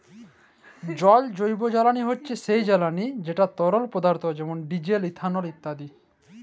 জল জৈবজ্বালানি হছে সেই জ্বালানি যেট তরল পদাথ্থ যেমল ডিজেল, ইথালল ইত্যাদি